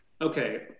okay